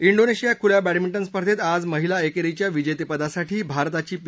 Indonesia खुल्या badminton स्पर्धेत आज महिला एकेरीच्या विजेतेपदासाठी भारताची पी